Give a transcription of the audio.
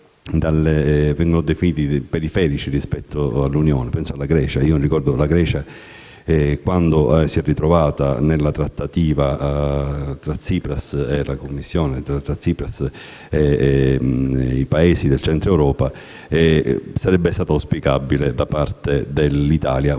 vengono definiti periferici rispetto all'Unione. Penso alla Grecia: ricordo quando si è ritrovata nella trattativa tra Tsipras e la Commissione, tra Tsipras e i Paesi del Centro Europa. Sarebbe stato auspicabile da parte dell'Italia un